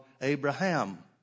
Abraham